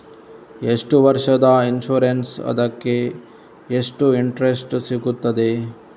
ಎಷ್ಟು ವರ್ಷದ ಇನ್ಸೂರೆನ್ಸ್ ಅದಕ್ಕೆ ಎಷ್ಟು ಇಂಟ್ರೆಸ್ಟ್ ಸಿಗುತ್ತದೆ?